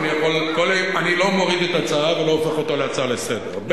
אני לא מוריד את ההצעה ולא הופך אותה להצעה לסדר-היום,